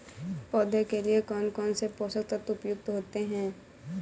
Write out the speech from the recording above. पौधे के लिए कौन कौन से पोषक तत्व उपयुक्त होते हैं?